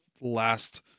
last